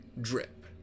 drip